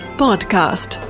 podcast